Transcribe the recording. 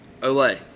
Olay